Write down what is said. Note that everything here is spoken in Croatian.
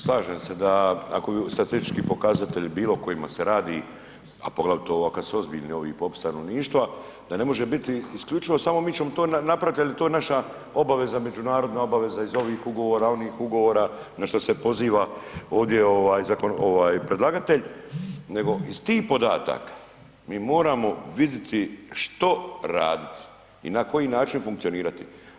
Slažem se da ako bi statistički pokazatelj, bilo kojima se radi, a poglavito ovako kad su ozbiljni ovi popisi stanovništva, da ne može biti isključivo samo, mi ćemo to napraviti, ali to je naša obaveza, međunarodna obaveza iz ovih ugovora, onih ugovora na što se poziva ovdje predlagatelj nego iz tih podataka mi moramo vidjeti što raditi i na koji način funkcionirati.